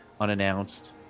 unannounced